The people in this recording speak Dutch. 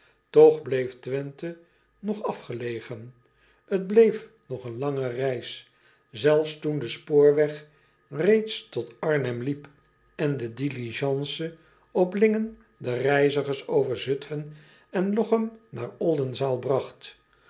och bleef wenthe nog afgelegen t leef nog een lange reis zelfs toen de spoorweg reeds tot rnhem liep en de diligence op ingen de reizigers over utfen en ochem naar ldenzaal bragt